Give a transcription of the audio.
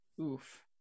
oof